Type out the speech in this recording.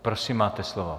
Prosím, máte slovo.